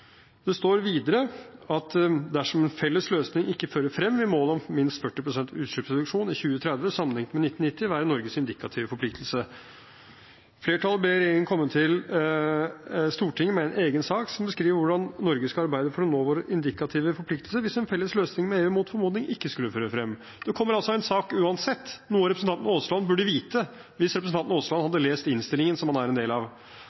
Videre står det: «Dersom en felles løsning ikke fører frem, vil målet om minst 40 pst. utslippsreduksjon i 2030 sammenlignet med 1990 være Norges indikative forpliktelse. Flertallet ber regjeringen komme til Stortinget med en egen sak som beskriver hvordan Norge skal arbeide for å nå vår indikative forpliktelse hvis en felles løsning med EU mot formodning ikke skulle føre frem.» Det kommer altså en sak uansett, noe som representanten Aasland burde vite hvis han hadde lest innstillingen som han er en del av.